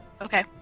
Okay